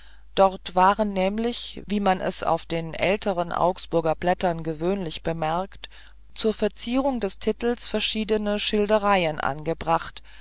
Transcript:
dort waren nämlich wie man es auf älteren augsburger blättern gewöhnlich bemerkt zu verzierung des titels verschiedene schildereien angebracht